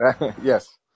Yes